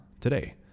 today